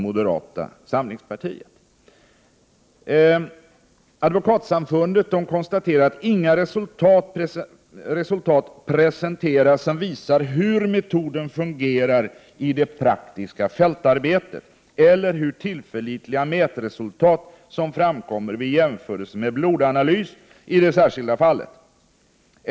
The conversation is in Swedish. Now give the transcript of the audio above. Sveriges advokatsamfund konstaterar ”att inga resultat presenteras som visar hur metoden fungerar i det praktiska fältarbetet eller hur tillförlitliga mätresultat som framkommer vid jämförelse med blodanalys i det enskilda fallet.